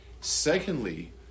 Secondly